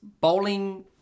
bowling